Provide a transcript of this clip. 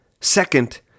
Second